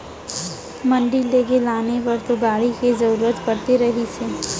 मंडी लेगे लाने बर तो गाड़ी के जरुरत पड़ते रहिस हे